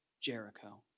Jericho